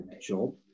job